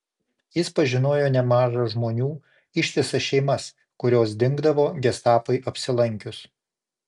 jis pažinojo nemaža žmonių ištisas šeimas kurios dingdavo gestapui apsilankius